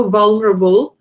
vulnerable